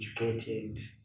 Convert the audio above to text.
educated